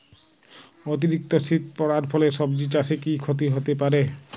অতিরিক্ত শীত পরার ফলে সবজি চাষে কি ক্ষতি হতে পারে?